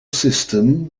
system